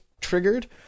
triggered